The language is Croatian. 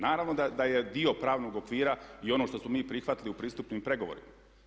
Naravno da je dio pravnog okvira i ono što smo mi prihvatili u pristupnim pregovorima.